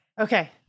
okay